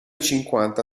cinquanta